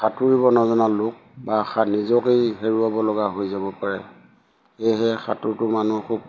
সাঁতুৰিব নজনা লোক বা সা নিজকেই হেৰুৱাব লগা হৈ যাব পাৰে সেয়েহে সাঁতোৰটো মানুহ খুব